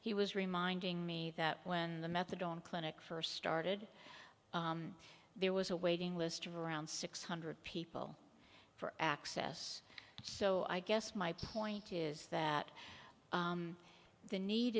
he was reminding me that when the methadone clinic first started there was a waiting list of around six hundred people for access so i guess my point is that the need